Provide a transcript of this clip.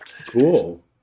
Cool